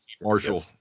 marshall